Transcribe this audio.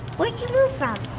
where'd you move from?